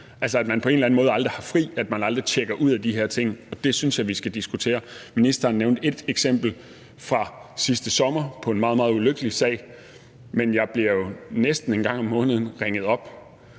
altså at man på en eller anden måde aldrig har fri, at man aldrig tjekker ud af de her ting. Det synes jeg vi skal diskutere. Ministeren nævnte et eksempel fra sidste sommer på en meget, meget ulykkelig sag, men jeg bliver jo næsten en gang om måneden ringet op